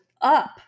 up